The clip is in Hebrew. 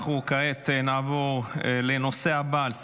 כעת נעבור לנושא הבא על סדר-היום,